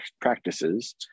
practices